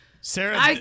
Sarah